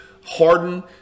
Harden